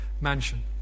mansion